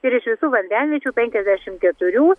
ir iš visų vandenviečių penkiasdešim keturių